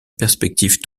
perspective